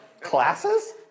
Classes